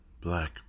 Black